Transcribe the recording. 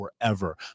forever